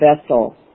vessel